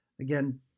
Again